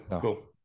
cool